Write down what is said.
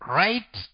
right